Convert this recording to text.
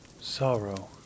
sorrow